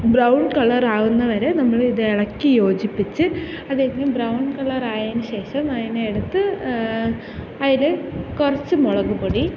brown കളറാവുന്ന വരെ നമ്മളിതിളക്കി യോജിപ്പിച്ച് അതുകഴിഞ്ഞ് ബ്രൗൺ കളർ ആയതിനു ശേഷം അതിനെ എടുത്ത് അതില് കുറച്ചു മുളകുപൊടി